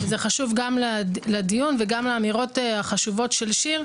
זה חשוב גם לדיון וגם לאמירות החשובות של שיר,